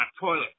toilet